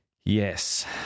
Yes